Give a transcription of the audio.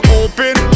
open